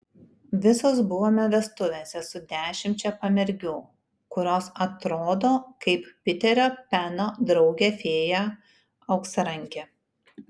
visos buvome vestuvėse su dešimčia pamergių kurios atrodo kaip piterio peno draugė fėja auksarankė